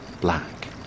black